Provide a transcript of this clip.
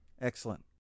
Excellent